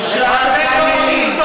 עד עכשיו הייתי איתך,